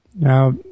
Now